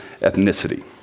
ethnicity